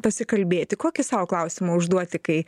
pasikalbėti kokį sau klausimą užduoti kai